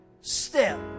step